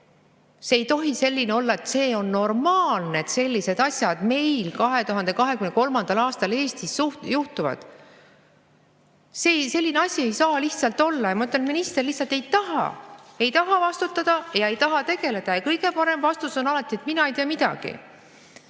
See ei tohi nii olla, et on normaalne, et sellised asjad 2023. aastal Eestis juhtuvad. Selline asi ei saa lihtsalt olla. Minister lihtsalt ei taha, ei taha vastutada ja ei taha tegeleda. Kõige parem vastus on alati, et mina ei tea midagi.